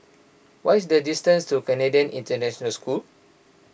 what is the distance to Canadian International School